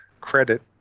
credit